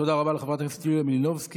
תודה רבה לחברת הכנסת יוליה מלינובסקי.